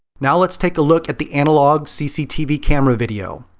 now let's take a look at the analog cctv camera video.